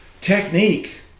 technique